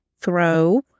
Throw